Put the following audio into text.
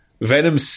Venom